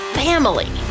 family